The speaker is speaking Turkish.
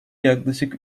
yaklaşık